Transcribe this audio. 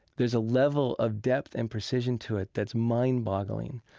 there's a level of depth and precision to it that's mind-boggling,